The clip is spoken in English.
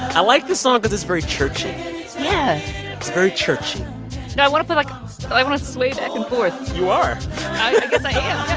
i like the song because it's very churchy yeah it's very churchy no, i want to feel but like i want to sway back and forth you are i and guess i yeah